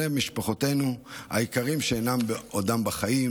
משפחותינו היקרים שאינם עוד בין החיים.